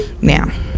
now